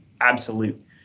absolute